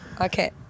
okay